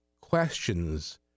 questions